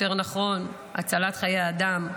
יותר נכון: הצלת חיי אדם,